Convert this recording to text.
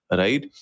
right